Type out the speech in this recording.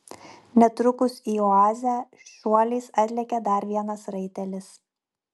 netrukus į oazę šuoliais atlėkė dar vienas raitelis